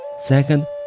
Second